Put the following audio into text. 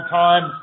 time